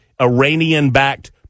Iranian-backed